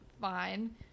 fine